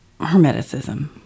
hermeticism